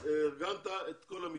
ארגנת את כל המיטות.